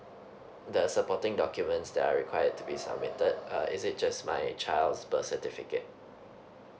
the supporting documents that are required to be submitted uh is it just my child's birth certificate